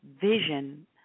vision